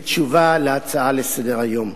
בתשובה על ההצעה לסדר-היום.